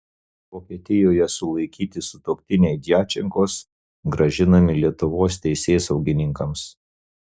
vokietijoje sulaikyti sutuoktiniai djačenkos grąžinami lietuvos teisėsaugininkams